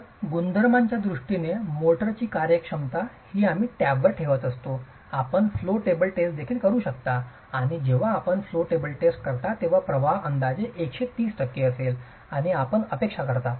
तर गुणधर्मांच्या दृष्टीने मोर्टारची कार्यक्षमता ही आम्ही टॅबवर ठेवत असतो आपण फ्लो टेबल टेस्ट देखील करू शकता आणि जेव्हा आपण फ्लो टेबल टेस्ट करता तेव्हा प्रवाह अंदाजे 130 टक्के असेल अशी आपण अपेक्षा करता